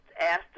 asked